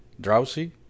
drowsy